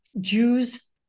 Jews